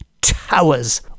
towers